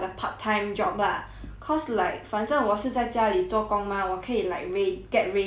cause like 反正我是在家里做工 mah 我可以 like rea~ get ready then 走我不会这么累